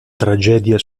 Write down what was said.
tragedia